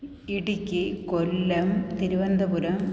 Idukki Kollam Thiruvananthapuram